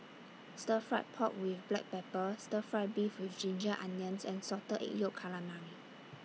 Stir Fry Pork with Black Pepper Stir Fry Beef with Ginger Onions and Salted Egg Yolk Calamari